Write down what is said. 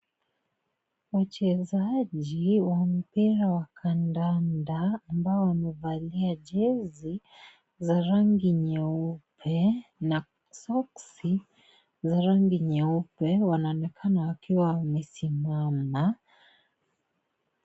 Wachezaji wa mpira wa kandanda ambao wamevalia jezi za rangi nyeupe na soksi za rangi nyeupe wanaonekana wakiwa wamesimama.